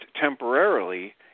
temporarily